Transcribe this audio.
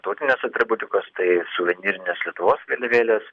tautinės atributikos tai suvenyrinės lietuvos vėliavėlės